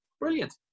brilliant